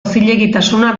zilegitasuna